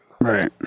Right